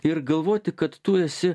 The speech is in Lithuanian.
ir galvoti kad tu esi